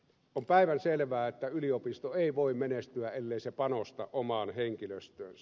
on päivänselvää että yliopisto ei voi menestyä ellei panosta omaan henkilöstöönsä